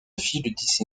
affiche